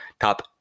top